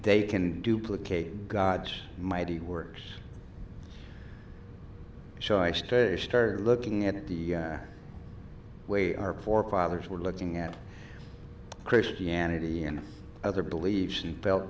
they can duplicate god's mighty works so i stray started looking at the way our forefathers were looking at christianity and other beliefs and fel